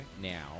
now